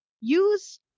use